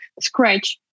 scratch